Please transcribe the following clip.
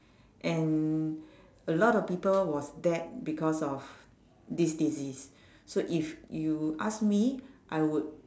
and a lot of people was dead because of this disease so if you ask me I would